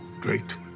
great